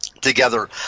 together